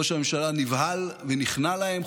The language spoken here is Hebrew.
ראש הממשלה נבהל ונכנע להם.